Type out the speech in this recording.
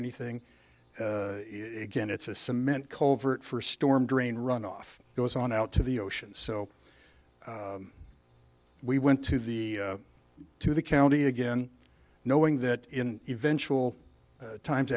anything again it's a cement culvert for storm drain runoff goes on out to the ocean so we went to the to the county again knowing that in eventual times